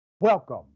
Welcome